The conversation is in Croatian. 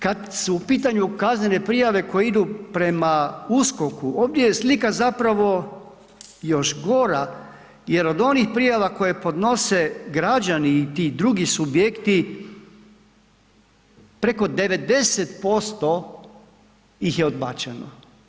Kad su u pitanju kaznene prijave koje idu prema USKOK-u ovdje je slika zapravo još gora jer od onih prijava koje podnose građani i ti drugi subjekti preko 90% ih je odbačeno.